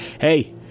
hey